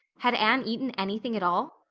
had anne eaten anything at all?